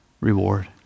reward